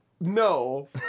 No